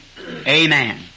Amen